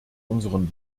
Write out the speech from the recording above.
unseren